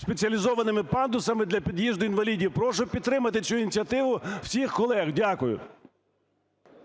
спеціалізованими пандусами для під'їзду інвалідів. Прошу підтримати цю ініціативу всіх колег. Дякую. ГОЛОВУЮЧИЙ.